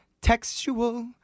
Textual